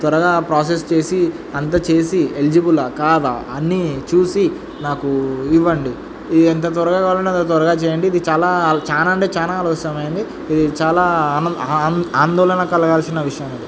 త్వరగా ప్రాసెస్ చేసి అంత చేసి ఎలిజిబులా కాదా అన్ని చూసి నాకు ఇవ్వండి ఇది ఎంత త్వరగా కావాలంటే త్వరగా చేయండి ఇది చాలా చా అంటే చాలా ఆలస్యమండి ఇది చాలా ఆనంద ఆందోళన కలగాల్సిన విషయం అది